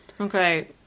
Okay